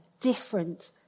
Different